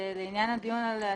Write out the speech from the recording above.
לעניין הדיון על הקיצוץ.